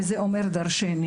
וזה אומר דרשני.